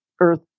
Earth